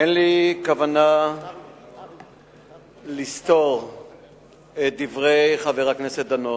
אין לי כוונה לסתור את דברי חבר הכנסת דנון,